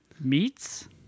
meats